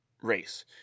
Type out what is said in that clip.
race